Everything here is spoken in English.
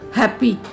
happy